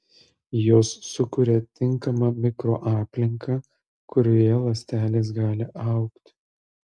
jos sukuria tinkamą mikroaplinką kurioje ląstelės gali augti